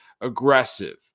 aggressive